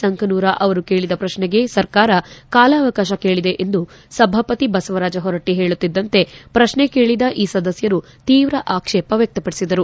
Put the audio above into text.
ಸಂಕನೂರ ಅವರು ಕೇಳದ ಪ್ರಶ್ನೆಗೆ ಸರ್ಕಾರ ಕಾಲಾವಕಾಶ ಕೇಳದ ಎಂದು ಸಭಾಪತಿ ಬಸವರಾಜಹೊರಟ್ಟ ಹೇಳುತ್ತಿದ್ದಂತೆ ಪ್ರಶ್ನೆ ಕೇಳಿದ ಈ ಸದಸ್ಟರು ತೀವ್ರ ಆಕ್ಷೇಪ ವ್ಯಕ್ತಪಡಿಸಿದರು